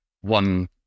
one